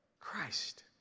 Christ